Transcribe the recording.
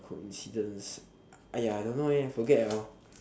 coincidence don't know forget